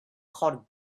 called